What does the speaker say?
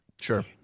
Sure